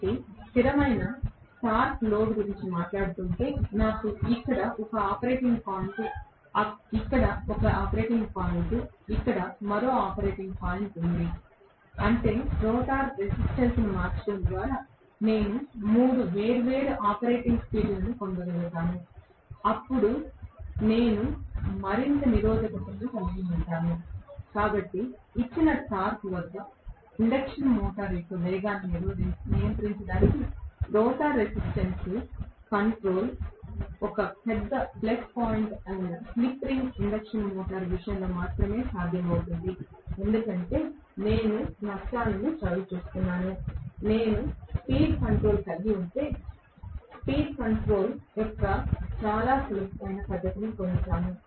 కాబట్టి స్థిరమైన torque load గురించి మాట్లాడుతుంటే నాకు ఇక్కడ ఒక ఆపరేటింగ్ పాయింట్ ఇక్కడ ఒక ఆపరేటింగ్ పాయింట్ ఇక్కడ మరో ఆపరేటింగ్ పాయింట్ ఉంది అంటే రోటర్ రెసిస్టెన్స్ మార్చడం ద్వారా నేను 3 వేర్వేరు ఆపరేటింగ్ స్పీడ్లను పొందగలుగుతాను అప్పుడు అప్పుడు నేను మరింత నిరోధకతలను కలిగి ఉంటాను కాబట్టి ఇచ్చిన టార్క్ వద్ద ఇండక్షన్ మోటారు యొక్క వేగాన్ని నియంత్రించడానికి రోటర్ రెసిస్టెన్స్ కంట్రోల్ ఒక పెద్ద ప్లస్ పాయింట్ అయిన స్లిప్ రింగ్ ఇండక్షన్ మోటారు విషయంలో మాత్రమే సాధ్యమవుతుంది ఎందుకంటే నేను నష్టాలను చవిచూస్తున్నాను నేను స్పీడ్ కంట్రోల్ కలిగి ఉండాలంటే స్పీడ్ కంట్రోల్ యొక్క చాలా సులభమైన పద్ధతిని పొందగలను